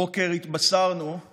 הבוקר התברר לנו על